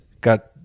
got